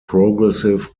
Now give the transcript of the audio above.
progressive